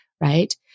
right